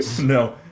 No